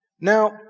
Now